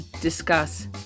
discuss